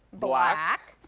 black.